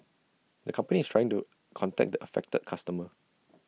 the company is trying to contact the affected customer